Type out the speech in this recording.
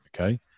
Okay